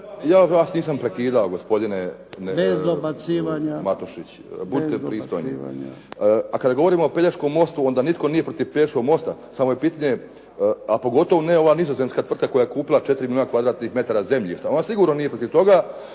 dobacivanja. **Grubišić, Boro (HDSSB)** Budite pristojni. A kada govorimo o Pelješkom mostu, onda nije nitko protiv Pelješkog mosta, samo je pitanje, a pogotovo ne ova Nizozemska tvrtka koja je kupila 4 milijuna kvadratnih metara zemljišta. Ona sigurno nije protiv toga,